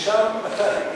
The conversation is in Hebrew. נרשם מתי?